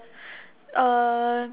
uh